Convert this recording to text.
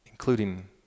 including